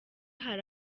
hari